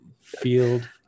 field